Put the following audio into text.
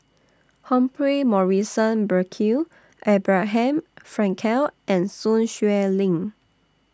Humphrey Morrison Burkill Abraham Frankel and Sun Xueling